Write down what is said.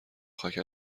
خاک